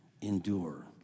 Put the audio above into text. endure